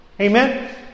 Amen